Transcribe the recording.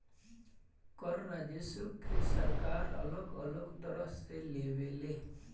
कर राजस्व के सरकार अलग अलग तरह से लेवे ले